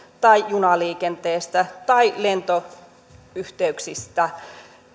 tai junaliikenteestä tai lentoyhteyksistä